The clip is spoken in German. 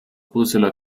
brüsseler